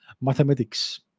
mathematics